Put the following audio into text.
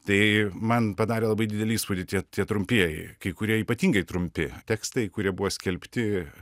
tai man padarė labai didelį įspūdį tie tie trumpieji kai kurie ypatingai trumpi tekstai kurie buvo skelbti